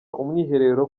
umwiherero